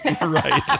right